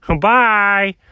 Bye